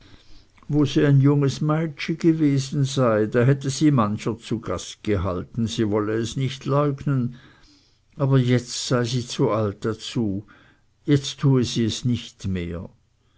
wo sie ein junges meitschi gewesen da hätte sie mancher zu gast gehalten sie wolle es nicht leugnen aber jetzt sei sie zu alt dazu jetzt tue sie es nicht mehr